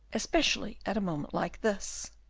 especially at a moment like this